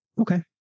Okay